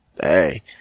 hey